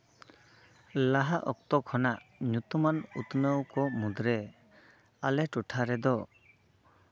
ᱞᱟᱦᱟ ᱚᱠᱛᱚ ᱠᱷᱚᱱᱟᱜ ᱧᱩᱛᱩᱢᱟᱱ ᱩᱛᱱᱟᱹᱣ ᱠᱚ ᱢᱩᱫᱽᱨᱮ ᱟᱞᱮ ᱴᱚᱴᱷᱟ ᱨᱮᱫᱚ